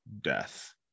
death